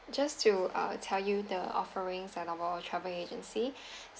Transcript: just to uh tell you the offerings that of our travel agency